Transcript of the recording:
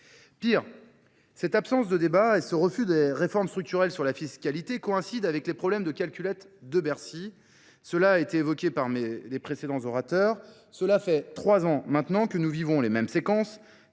Pire, Cette absence de débat et ce refus des réformes structurelles sur la fiscalité coïncident avec les problèmes de calculettes de Bercy. Cela a été évoqué par mes précédents orateurs. Cela fait trois ans maintenant que nous vivons les mêmes séquences,